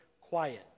quiet